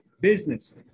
business